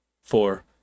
Four